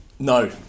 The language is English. No